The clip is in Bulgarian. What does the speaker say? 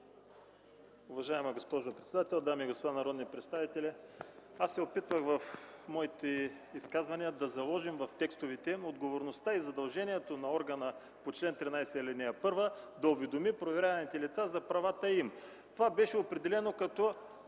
Уважаема госпожо председател, дами и господа народни представители! Аз се опитвах в моите изказвания да заложим в текстовете отговорността и задължението на органа по чл. 13, ал. 1 да уведоми проверяваните лица за правата им. Това беше определено като